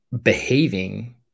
behaving